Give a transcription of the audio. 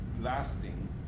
lasting